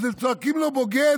הם צועקים לו "בוגד",